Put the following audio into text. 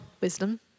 wisdom